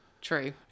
True